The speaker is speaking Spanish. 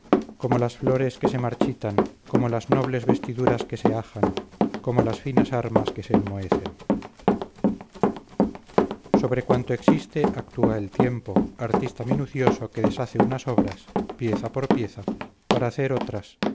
como las flores que se marchitan como las nobles vestiduras que se ajan como las finas armas que se enmohecen sobre cuanto existe actúa el tiempo artista minucioso que deshace unas obras pieza por pieza para hacer otras